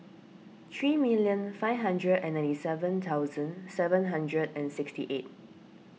three million five hundred and ninety seven thousand seven hundred and sixty eight